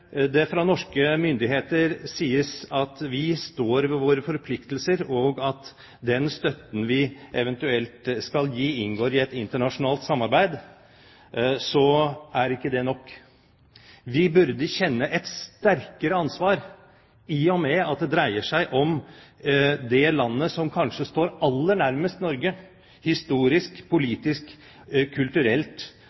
det fra norske myndigheter sies at vi står ved våre forpliktelser, og at den støtten vi eventuelt skal gi, inngår i et internasjonalt samarbeid, er ikke det nok. Vi burde kjenne et sterkere ansvar i og med at det dreier seg om det landet som kanskje står aller nærmest Norge historisk,